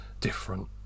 different